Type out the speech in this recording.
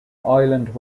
island